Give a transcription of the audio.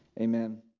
Amen